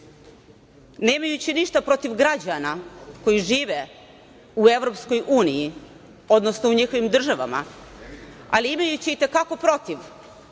Nemajući ništa protiv građana koji žive u EU, odnosno u njihovim državama, ali imajući i te kako protiv